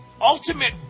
ultimate